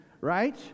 right